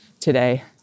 today